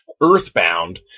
Earthbound